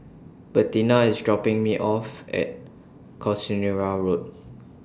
Bettina IS dropping Me off At Casuarina Road